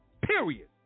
Period